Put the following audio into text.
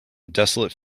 desolate